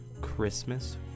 Christmas